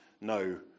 no